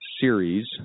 series